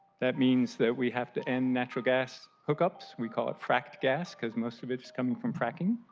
that means that we have to end natural gas hookups we call it fractus gas because most of it comes from fracking.